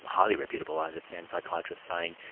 highly reputable i understand, psychiatrists saying,